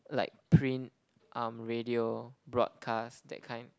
like print um radio broadcast that kind